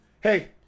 Hey